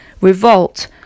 revolt